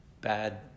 bad